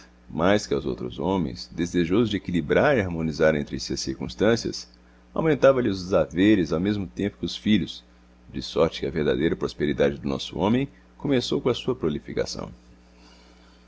mais que aos outros homens desejoso de equilibrar e harmonizar entre si as circunstâncias aumentava lhe os haveres ao mesmo tempo que os filhos de sorte que a verdadeira prosperidade do nosso homem começou com a sua prolificação a